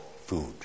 food